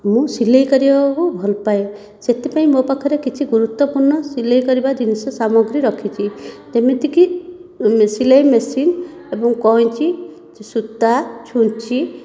ମୁଁ ସିଲେଇ କରିବାକୁ ଭଲପାଏ ସେଥିପାଇଁ ମୋ ପାଖରେ କିଛି ଗୁରୁତ୍ୱପୂର୍ଣ୍ଣ ସିଲେଇ କରିବା ଜିନିଷ ସାମଗ୍ରୀ ରଖିଛି ଯେମିତିକି ସିଲେଇ ମେସିନ ଏବଂ କଇଁଚି ସୁତା ଛୁଞ୍ଚି